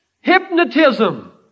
hypnotism